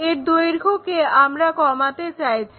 এর দৈর্ঘ্যকে আমরা কমাতে চাইছি